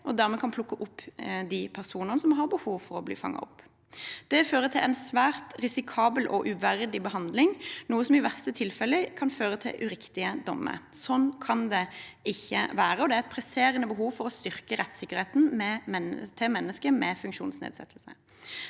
de dermed kan plukke opp de personene som har behov for å bli fanget opp. Det fører til en svært risikabel og uverdig behandling, noe som i verste tilfelle kan føre til uriktige dommer. Sånn kan det ikke være, og det er et presserende behov for å styrke rettssikkerheten til mennesker med funksjonsnedsettelse.